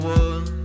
one